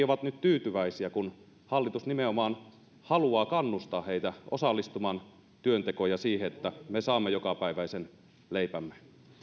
ovat nyt tyytyväisiä kun hallitus nimenomaan haluaa kannustaa heitä osallistumaan työntekoon ja siihen että me saamme jokapäiväisen leipämme